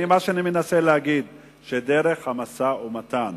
מה שאני מנסה להגיד הוא שדרך המשא-ומתן